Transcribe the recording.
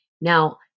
Now